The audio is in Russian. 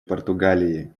португалии